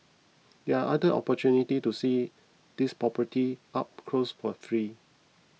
there are other opportunities to see these property up close for free